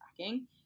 tracking